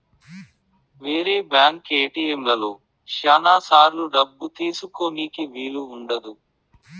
వేరే బ్యాంక్ ఏటిఎంలలో శ్యానా సార్లు డబ్బు తీసుకోనీకి వీలు ఉండదు